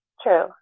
true